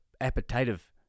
appetitive